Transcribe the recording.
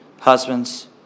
husbands